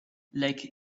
like